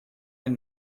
den